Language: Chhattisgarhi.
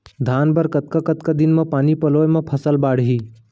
धान बर कतका कतका दिन म पानी पलोय म फसल बाड़ही?